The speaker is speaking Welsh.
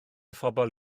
phobl